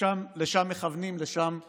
לשם מכוונים, לשם מתעלים.